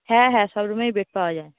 হ্যাঁ হ্যাঁ সব রুমই বেড পাওয়া যায়